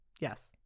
Yes